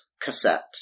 cassette